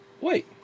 wait